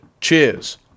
Cheers